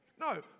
No